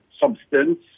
substance